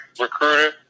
recruiter